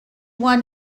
won